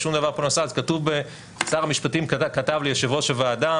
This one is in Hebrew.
כתוב שר המשטפים כתב ליושב ראש הוועדה,